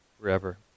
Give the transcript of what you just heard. forever